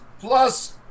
plus